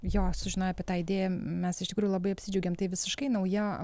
jo sužinojo apie tą idėją mes iš tikrųjų labai apsidžiaugėm tai visiškai nauja